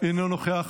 אינה נוכחת,